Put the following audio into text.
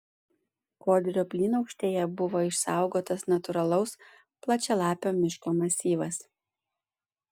kodrio plynaukštėje buvo išsaugotas natūralaus plačialapio miško masyvas